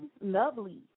lovely